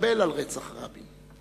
להתאבל על רצח יצחק רבין,